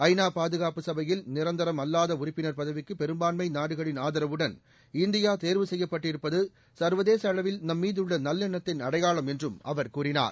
ஐநா பாதுகாப்பு சபையில் நிரந்தரம் அல்லாத உறுப்பினர் பதவிக்கு பெரும்பான்மை நாடுகளின் ஆதரவுடன் இந்தியா தேர்வு செய்யப்பட்டிருப்பது சர்வதேச அளவில் நம்மீதுள்ள நல்லெண்ணத்தின் அடையாளம் என்றும் அவர் கூறினார்